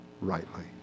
rightly